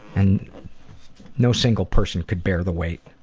and no single person could bear the weight